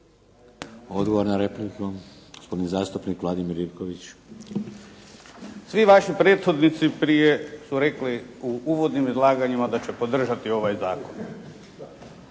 Odgovor na repliku, gospodin zastupnik Vladimir Ivkov. **Ivković, Vladimir (HDZ)** Svi vaši prethodnici prije su rekli u uvodnim izlaganjima da će podržati ovaj zakon.